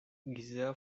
giza